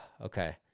okay